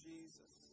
Jesus